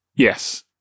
Yes